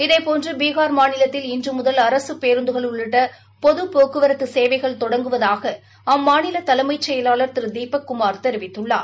இதே போன்று பீகார் மாநிலத்தில் இன்று முதல் அரசு பேருந்துகள் உள்ளிட்ட பொதுப் போக்குவரத்து சேவைகள் தொடங்குவதாக அம்மாநில தலைமைச் செயலாளர் திரு தீபக் குமார் தெரிவித்துள்ளார்